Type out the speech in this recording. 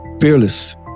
fearless